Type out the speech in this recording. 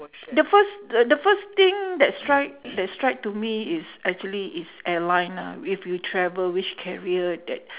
the first the first thing that strike that strike to me is actually is airline ah if you travel which carrier that